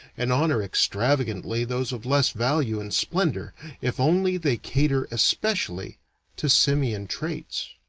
and honor extravagantly those of less value and splendor if only they cater especially to simian traits.